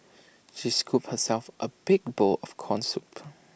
she scooped herself A big bowl of Corn Soup